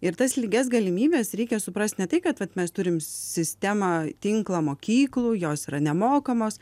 ir tas lygias galimybes reikia suprast ne tai kad vat mes turim sistemą tinklą mokyklų jos yra nemokamos